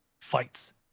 fights